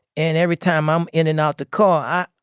and every time i'm in and out the car,